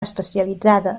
especialitzada